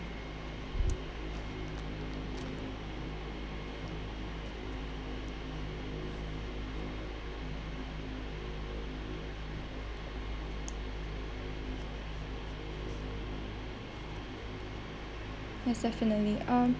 yes definitely um